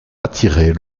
attirer